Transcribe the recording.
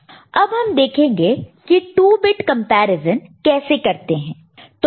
अब हम देखेंगे की 2 बिट कंपैरिजन कैसे करते है